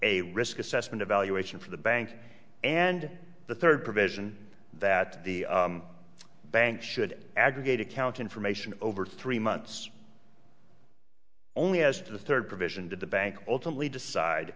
a risk assessment evaluation for the bank and the third provision that the bank should aggregate account information over three months only as to the third provision to the bank ultimately decide